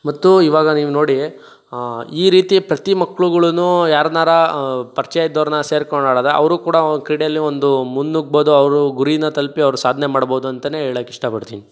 ಮತ್ತು ಈವಾಗ ನೀವು ನೋಡಿ ಈ ರೀತಿ ಪ್ರತಿ ಮಕ್ಳುಗುಳು ಯಾರ್ನಾರು ಪರಿಚಯ ಇದ್ದವ್ರನ್ನ ಸೇರ್ಕೊಣಾಡದ್ರೆ ಅವರು ಕೂಡ ಕ್ರೀಡೆಯಲ್ಲಿ ಒಂದು ಮುನ್ನುಗ್ಬೋದು ಅವರು ಗುರಿನ ತಲುಪಿ ಅವರು ಸಾಧನೆ ಮಾಡ್ಬೋದು ಅಂತಾನೆ ಹೇಳಕ್ಕೆ ಇಷ್ಟಪಡ್ತೀನಿ